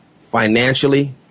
financially